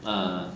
!huh!